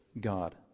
God